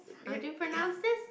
how do you pronounce this